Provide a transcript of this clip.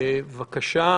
בבקשה.